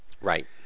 Right